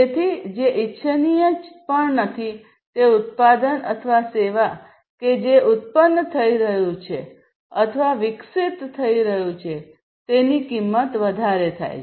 તેથી જે ઇચ્છનીય પણ નથી તે ઉત્પાદન અથવા સેવા કે જે ઉત્પન્ન થઈ રહ્યું છે અથવા વિકસિત થઈ રહ્યું છે તેની કિંમત વધારવી